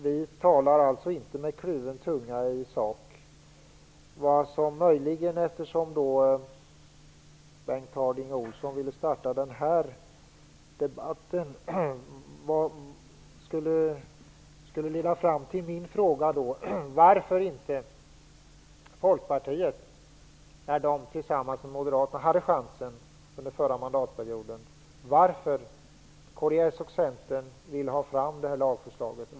Vi talar alltså inte med kluven tunga i sak. Bengt Harding Olson ville starta den här debatten, och det leder fram till min fråga: Under den förra mandatperioden hade Folkpartiet chansen att tillsammans med Moderaterna säga ja till det lagförslag som Centern och kds ville ha fram.